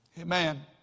Amen